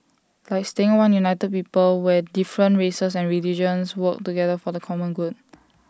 like staying one united people where different races and religions work together for the common good